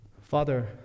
Father